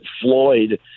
Floyd